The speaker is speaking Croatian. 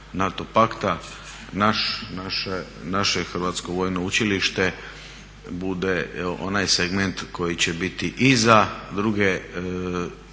naše Hrvatsko vojno učilište bude onaj segment koji će biti i za druge djelatnike